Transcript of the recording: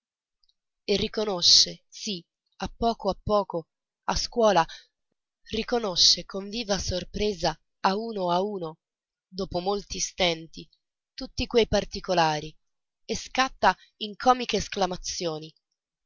e riconosce sì a poco a poco a scuola riconosce con viva sorpresa a uno a uno dopo molti stenti tutti quei particolari e scatta in comiche esclamazioni